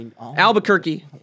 Albuquerque